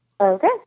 Okay